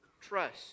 trust